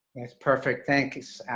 it's perfect. thanks,